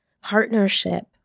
partnership